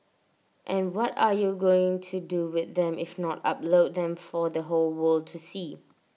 and what are you going to do with them if not upload them for the whole world to see